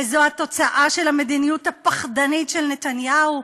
וזו התוצאה של המדיניות הפחדנית של נתניהו,